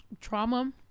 trauma